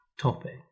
topic